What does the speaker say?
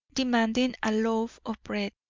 demanding a loaf of bread,